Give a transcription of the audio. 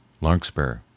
Larkspur